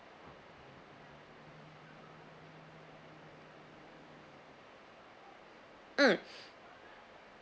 mm